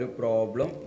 problem